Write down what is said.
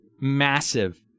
massive